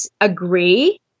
agree